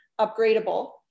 upgradable